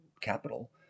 capital